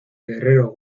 guerrero